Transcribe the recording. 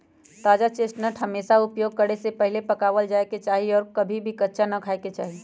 ताजा चेस्टनट हमेशा उपयोग करे से पहले पकावल जाये के चाहि और कभी भी कच्चा ना खाय के चाहि